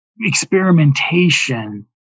experimentation